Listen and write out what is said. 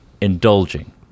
indulging